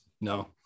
No